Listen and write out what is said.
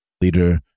leader